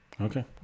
Okay